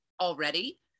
already